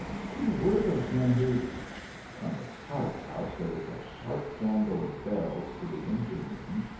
who were those men who from the pilot-house there was a sharp jangle of bells to the engine-room,